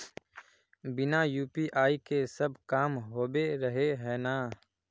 बिना यु.पी.आई के सब काम होबे रहे है ना?